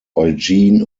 eugene